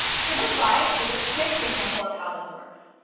so this slide is a quick example of how this works.